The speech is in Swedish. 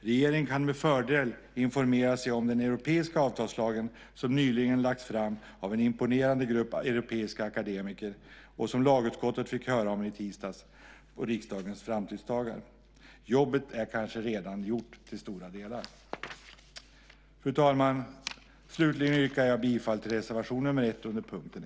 Regeringen kan med fördel informera sig om den europeiska avtalslagen som nyligen har lagts fram av en imponerande grupp europeiska akademiker och som lagutskottet fick höra om i tisdags på riksdagens framtidsdagar. Jobbet är kanske redan gjort till stora delar. Fru talman! Slutligen yrkar jag bifall till reservation nr 1 under punkt 1.